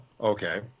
Okay